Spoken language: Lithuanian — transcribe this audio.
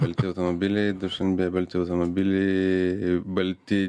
balti automobiliai dušanbėje balti automobiliai balti